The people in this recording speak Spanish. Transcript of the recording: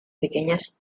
pequeñas